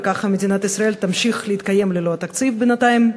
וככה מדינת ישראל תמשיך להתקיים ללא התקציב בינתיים.